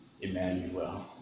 Emmanuel